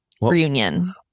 reunion